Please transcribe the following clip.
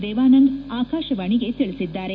ದೇವಾನಂದ್ ಆಕಾಶವಾಣಿಗೆ ತಿಳಿಸಿದ್ದಾರೆ